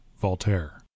Voltaire